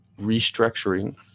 restructuring